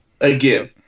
Again